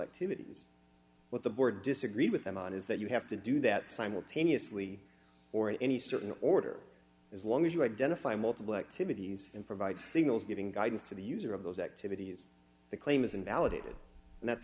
activities what the board disagreed with them on is that you have to do that simultaneously or in any certain order as long as you identify multiple activities and provide signals giving guidance to the user of those activities the claim is invalidated and that's